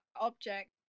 object